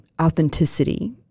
authenticity